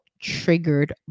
triggered